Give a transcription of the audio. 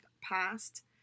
past